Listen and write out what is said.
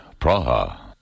Praha